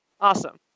Awesome